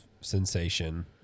sensation